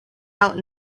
out